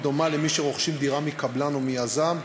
דומה למי שרוכשים דירה מקבלן או מיזם,